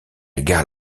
gare